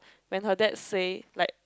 when her dad say like